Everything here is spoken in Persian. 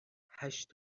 هشت